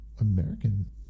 American